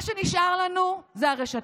מה שנשאר לנו זה הרשתות.